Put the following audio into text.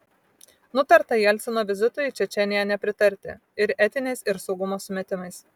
nutarta jelcino vizitui į čečėniją nepritarti ir etiniais ir saugumo sumetimais